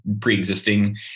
pre-existing